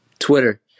twitter